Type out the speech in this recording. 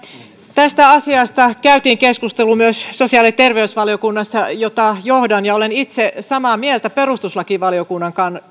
tästä asiasta käytiin keskustelu sosiaali ja terveysvaliokunnassa jota johdan ja olen itse samaa mieltä perustuslakivaliokunnan